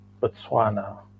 Botswana